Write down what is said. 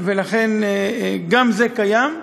גם זה קיים.